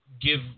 give